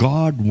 God